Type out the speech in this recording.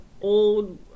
old